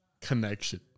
connection